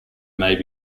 may